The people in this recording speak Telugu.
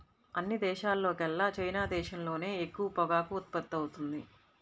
అన్ని దేశాల్లోకెల్లా చైనా దేశంలోనే ఎక్కువ పొగాకు ఉత్పత్తవుతుంది